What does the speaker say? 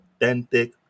authentic